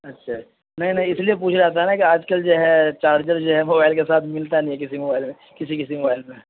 اچھا نہیں نہیں اس لیے پوچھ رہا تھا نا کہ آج کل جو ہے چارجر جو ہے موبائل کے ساتھ ملتا نہیں ہے کسی موبائل میں کسی کسی موبائل میں